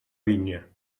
vinya